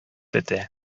бетә